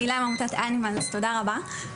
הילה מעמותת אנימלס, תודה רבה.